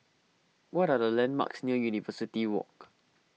what are the landmarks near University Walk